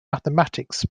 mathematics